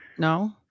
No